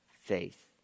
faith